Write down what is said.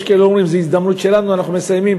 יש כאלה שאומרים: זו הזדמנות שלנו, אנחנו מסיימים